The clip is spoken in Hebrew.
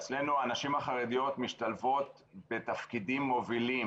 אצלנו הנשים החרדיות משתלבות בתפקידים מובילים.